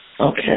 Okay